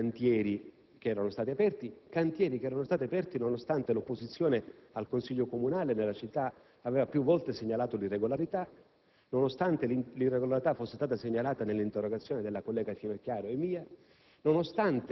in particolare, due dei cantieri che erano stati aperti nonostante l'opposizione al Consiglio comunale nella città avesse più volte segnalato l'irregolarità, nonostante l'irregolarità fosse stata evidenziata nell'interrogazione della collega Finocchiaro e mia,